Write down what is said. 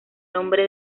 nombre